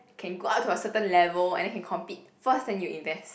can go up to a certain level and then can compete first then you invest